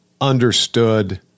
understood